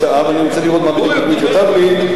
ופה ההצעה, ואני רוצה לראות מה בדיוק אורי כתב לי.